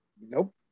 Nope